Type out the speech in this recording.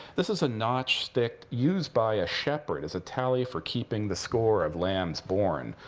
this is a notch stick used by a shepherd as a tally for keeping the score of lambs born.